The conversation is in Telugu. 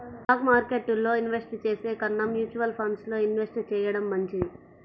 స్టాక్ మార్కెట్టులో ఇన్వెస్ట్ చేసే కన్నా మ్యూచువల్ ఫండ్స్ లో ఇన్వెస్ట్ చెయ్యడం మంచిది